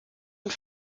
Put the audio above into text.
und